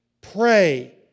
Pray